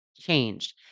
changed